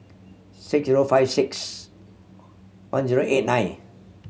six zero five six one zero eight nine